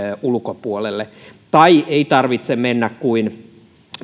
ulkopuolelle tai ei tarvitse mennä kuin